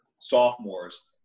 sophomores